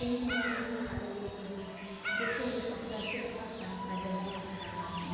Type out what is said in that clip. bank में बड़े बुजुर्ग आएँ तो पहले देखो उस स्तर से उनका काम था जल्दी से करवा दो